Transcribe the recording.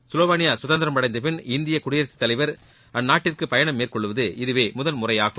Slovakia குதந்திரம் அடைந்த பின் இந்திய குடியரசு தலைவர் அந்நாட்டிற்கு பயணம் மேற்கொள்வது இதுவே முதன்முறையாகும்